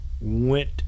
went